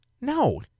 No